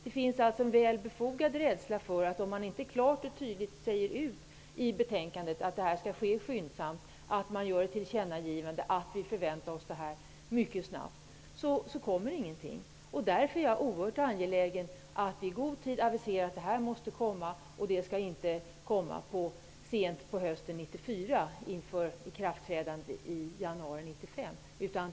Det finns alltså en väl befogad rädsla för att ingenting kommer att hända om vi inte i betänkandet klart och tydligt säger ut att detta skall ske skyndsamt, om vi inte gör ett tillkännagivande om att vi förväntar oss att något skall ske mycket snabbt. Jag är därför oerhört angelägen om att i god tid avisera att det här måste komma och att det inte skall komma sent på hösten 1994, inför ikraftträdandet i januari 1995.